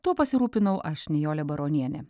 tuo pasirūpinau aš nijolė baronienė